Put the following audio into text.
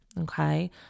Okay